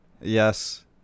Yes